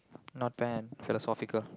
not bad philosophical